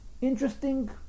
interesting